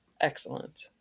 excellent